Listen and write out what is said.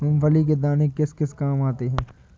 मूंगफली के दाने किस किस काम आते हैं?